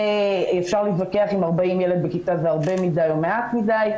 אפשר להתווכח אם 40 ילד בכיתה זה הרבה מדי או מעט מדי,